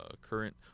current